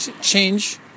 change